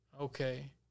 Okay